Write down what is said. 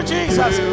Jesus